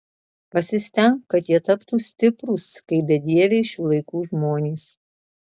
pasistenk kad jie taptų stiprūs kaip bedieviai šių laikų žmonės